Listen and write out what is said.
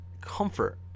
comfort